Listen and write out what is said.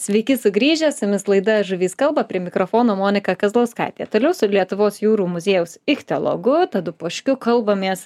sveiki sugrįžę su jumis laida žuvys kalba prie mikrofono monika kazlauskaitė toliau su lietuvos jūrų muziejaus ichtiologu tadu poškiu kalbamės